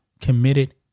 committed